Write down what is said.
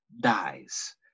dies